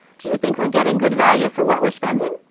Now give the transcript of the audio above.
do you think we're getting good value for what we're spending?